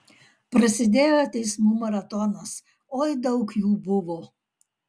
prasidėjo teismų maratonas oi daug jų buvo